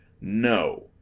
No